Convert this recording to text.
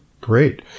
Great